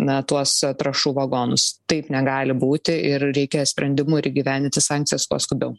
na tuos trąšų vagonus taip negali būti ir reikia sprendimų ir įgyvendinti sankcijas kuo skubiau